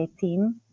team